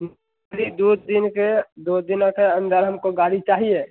फ़िर इ दो दिन के दो दिनों के अंदर हमको गाड़ी चाहिए